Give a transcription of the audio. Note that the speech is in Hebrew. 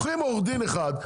לוקחים עורך דין אחד,